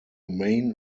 main